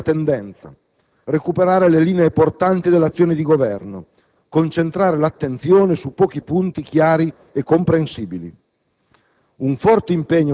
Bisogna invertire la tendenza, recuperare le linee portanti dell'azione di Governo, concentrare l'attenzione su pochi punti chiari e comprensibili: